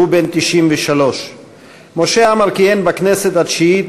והוא בן 93. משה עמאר כיהן בכנסת התשיעית,